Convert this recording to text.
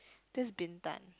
that's Bintan